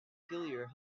peculiar